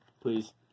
Please